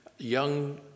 Young